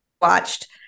watched